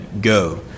Go